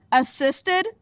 assisted